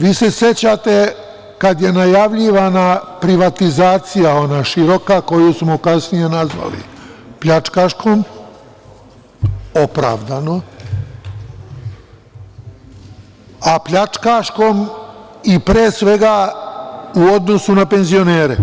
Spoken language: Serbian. Vi se sećate kada je najavljivana privatizacija, ona široka koju smo kasnije nazvali pljačkaškom, opravdano, a pljačkaškom i pre svega u odnosu na penzionere,